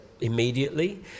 immediately